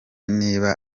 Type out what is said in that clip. niba